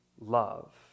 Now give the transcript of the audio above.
love